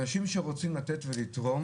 אנשים שרוצים לתת ולתרום